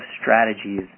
strategies